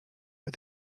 but